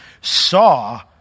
saw